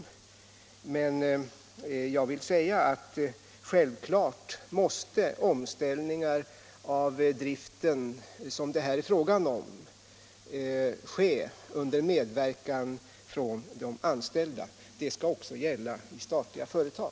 Emellertid är det självklart att sådana omställningar av driften som det här är fråga om måste ske under medverkan från de anställda. Det skall gälla också i statliga företag.